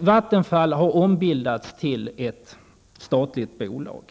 Vattenfall har ombildats till ett statlig bolag.